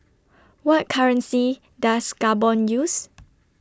What currency Does Gabon use